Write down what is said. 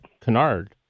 canard